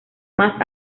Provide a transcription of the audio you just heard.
más